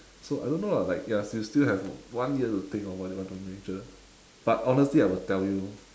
so I don't know lah like ya you still have one year to think of what you want to major but honestly I will tell you